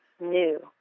new